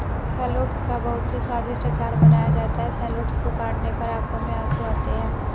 shallots का बहुत ही स्वादिष्ट अचार बनाया जाता है शैलोट्स को काटने पर आंखों में आंसू आते हैं